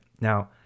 Now